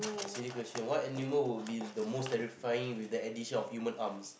silly question what animal would be the most terrifying with the addition of human arms